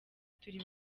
turi